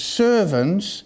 servants